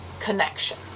connection